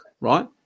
right